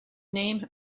name